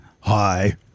Hi